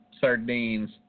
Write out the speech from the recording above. sardines